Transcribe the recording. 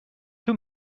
two